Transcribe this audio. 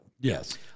Yes